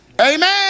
Amen